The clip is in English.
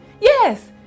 Yes